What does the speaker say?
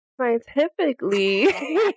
Scientifically